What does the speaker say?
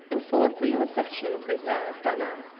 and full of real affection for his heir bernard,